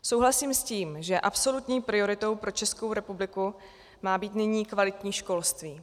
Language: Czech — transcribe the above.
Souhlasím s tím, že absolutní prioritou pro Českou republiku má být nyní kvalitní školství.